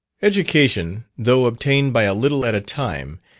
education, though obtained by a little at a time,